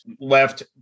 left